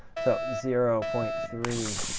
so zero point three